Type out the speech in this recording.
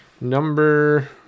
Number